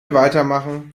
weitermachen